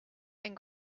and